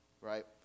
right